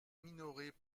minorés